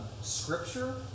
Scripture